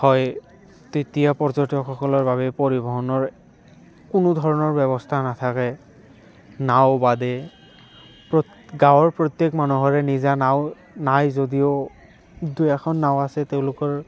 হয় তেতিয়া পৰ্যটকসকলৰ বাবে পৰিবহণৰ কোনো ধৰণৰ ব্যৱস্থা নাথাকে নাও বাদে গাঁৱৰ প্ৰত্যেক মানুহৰে নিজা নাও নাই যদিও দুই এখন নাও আছে তেওঁলোকৰ